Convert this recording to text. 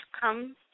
come